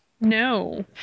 no